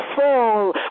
fall